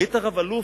היית רב-אלוף,